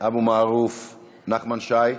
אבו מערוף, נחמן שי.